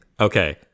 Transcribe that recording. okay